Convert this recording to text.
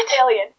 alien